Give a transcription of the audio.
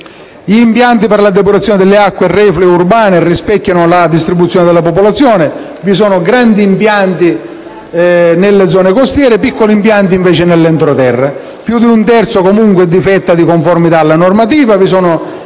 Gli impianti per la depurazione delle acque reflue urbane rispecchiano la distribuzione della popolazione: vi sono grandi impianti nelle zone costiere e piccoli impianti nell'entroterra. Più di un terzo di questi difetta di conformità alla normativa;